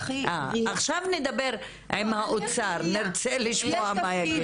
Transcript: עכשיו נדבר עם האוצר, נרצה לשמוע מהם.